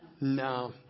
No